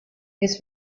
his